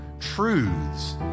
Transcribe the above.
truths